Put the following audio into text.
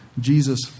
Jesus